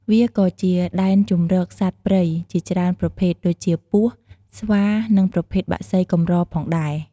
វាក៏ជាដែនជម្រកសត្វព្រៃជាច្រើនប្រភេទដូចជា ពស់ ស្វា និងប្រភេទបក្សីកម្រផងដែរ។